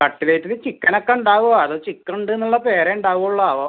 കട്ലേറ്റിൽ ചിക്കനൊക്കെയുണ്ടാവോ അതോ ചിക്കനുണ്ടെന്നുള്ള പേരെയുണ്ടാവുള്ളോ ആവോ